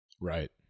Right